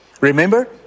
Remember